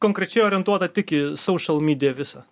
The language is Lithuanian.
konkrečiai orientuota tik į saušal mydija visą